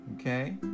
Okay